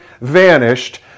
vanished